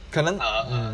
可能 mm